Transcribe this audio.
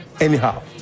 anyhow